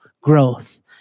growth